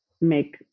make